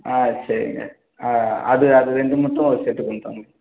ஆ சரிங்க ஆ அது அது ரெண்டு மட்டும் ஒரு செட்டு கொண்டுட்டு வாங்க